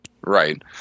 right